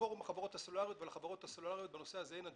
לפורום החברות הסלולריות ולחברות הסלולריות בנושא הזה אין אג'נדה.